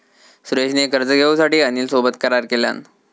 सुरेश ने कर्ज घेऊसाठी अनिल सोबत करार केलान